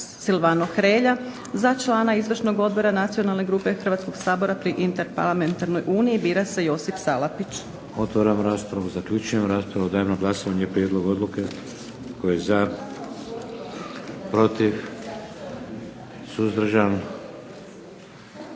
Silvano Hrelja. Za člana Izvršnog odbora Nacionalne grupe Hrvatskog sabora pri interparlamentarnoj uniji bira se Josip Salapić. **Šeks, Vladimir (HDZ)** Otvaram raspravu. Zaključujem raspravu. Dajem na glasovanje prijedlog odluke. Tko je za? Protiv? Suzdržan?